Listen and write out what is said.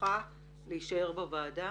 להישאר בוועדה.